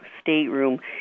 stateroom